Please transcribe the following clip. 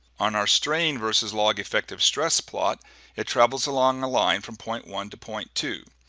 on our strain versus log effective stress plot it travels alone a line from point one to point two.